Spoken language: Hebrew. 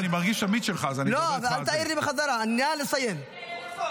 היו"ר משה סולומון: בבקשה, תמשיך,